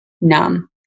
numb